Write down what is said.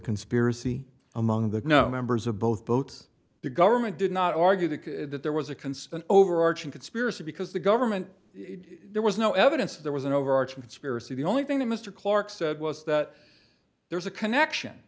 conspiracy among the no members of both boats the government did not argue the case that there was a consistent overarching conspiracy because the government there was no evidence there was an overarching spirity the only thing that mr clarke said was that there's a connection